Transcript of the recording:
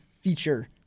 feature